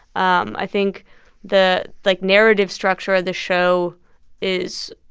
um i think the, like, narrative structure of the show is,